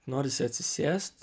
norisi atsisėst